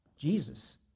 Jesus